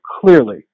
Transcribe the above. clearly